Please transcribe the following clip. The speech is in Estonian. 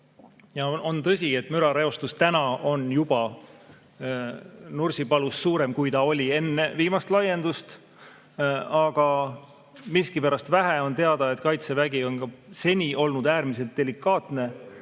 On tõsi, et mürareostus on Nursipalus juba suurem, kui ta oli enne viimast laiendust, aga miskipärast vähe on teada, et Kaitsevägi on ka seni olnud äärmiselt delikaatne